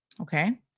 okay